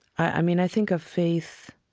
i mean, i think of faith,